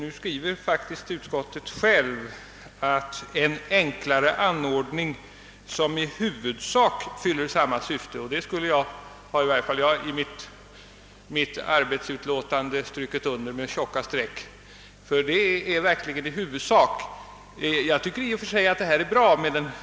Utskottet skriver emellertid: »En enklare anordning, som i huvudsak fyller samma syfte, är enligt utskottets uppfattning att en kopia av noteringarna omedelbart i samband med undersökningen överlämnas till butiksinnehavaren eller den som i hans ställe närvarit vid undersökningen.» Detta, d.v.s. »i huvudsak», har jag i mitt arbetsexemplar av utlåtandet strukit under med tjocka streck.